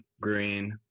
Green